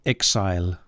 Exile